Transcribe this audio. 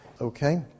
Okay